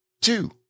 two